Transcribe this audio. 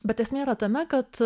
bet esmė yra tame kad